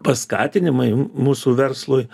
paskatinimai mūsų verslui